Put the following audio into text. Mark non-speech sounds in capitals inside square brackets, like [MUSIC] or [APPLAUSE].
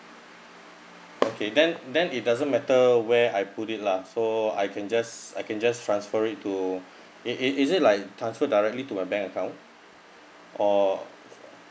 [NOISE] okay then then it doesn't matter where I put it lah so I can just I can just transfer it to it it is it like transfer directly to my bank account or